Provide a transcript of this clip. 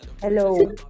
hello